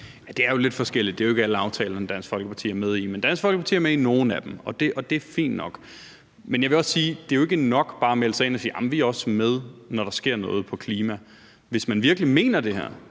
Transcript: Det er jo lidt forskelligt, det er jo ikke alle aftalerne, Dansk Folkeparti er med i, men Dansk Folkeparti er med i nogle af dem, og det er fint nok. Men jeg vil også sige, at det ikke er nok bare at melde sig ind og så sige, at man også er med, når der sker noget på klimaområdet. Hvis man virkelig mener det her,